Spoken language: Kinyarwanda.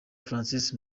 francis